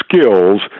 skills